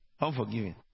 unforgiving